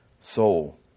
soul